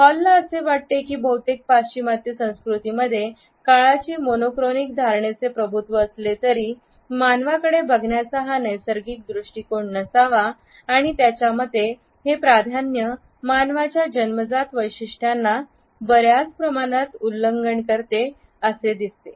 हॉलला असे वाटते की बहुतेक पाश्चिमात्य संस्कृतींमध्ये काळाची मॉनोक्रोनिक धारणेचे प्रभुत्व असले तरी मानवाकडे बघण्याचा हा नैसर्गिक दृष्टीकोन नसावा आणि त्याच्या मते हे प्राधान्य मानवाच्या जन्मजात वैशिष्ट्यांना बर्याच प्रमाणात उल्लंघन करते असे दिसते